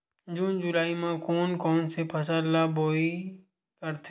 जून जुलाई म कोन कौन से फसल ल बोआई करथे?